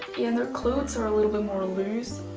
yeah and their clothes are a little bit more loose,